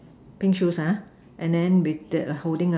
pink shoes ah and then with the holding a